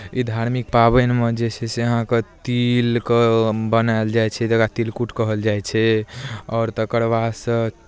ई धार्मिक पाबनिमे जे छै से अहाँके तिलके बनायल जाइ छै जकरा तिलकुट कहल जाइ छै आओर तकर बाद सऽ